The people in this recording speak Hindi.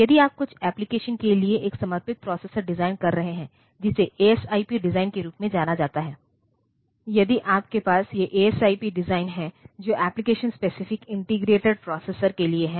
यदि आप कुछ एप्लिकेशन के लिए एक समर्पित प्रोसेसर डिजाइन कर रहे हैं जिसे एएसआईपी डिजाइन के रूप में जाना जाता है यदि आपके पास ये एएसआईपी डिज़ाइन हैं जो एप्लीकेशन स्पेसिफिक इंटीग्रेटेड प्रोसेसर्स के लिए है